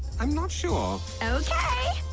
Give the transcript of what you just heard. i'm not sure okay